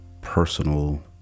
personal